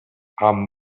amb